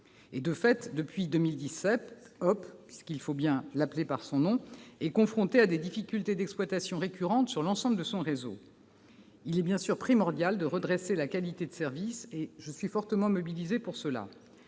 De fait, depuis 2017, HOP !, pour l'appeler par son nom, est confrontée à des difficultés d'exploitation récurrentes sur l'ensemble de son réseau. Il est bien sûr primordial de redresser la qualité de service ; je suis fortement mobilisée sur ce